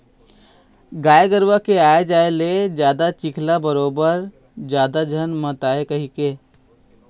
गाय गरूवा के आए जाए ले जादा चिखला बरोबर जादा झन मातय कहिके